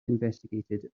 investigated